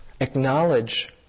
acknowledge